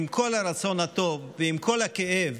עם כל הרצון הטוב ועם כל הכאב,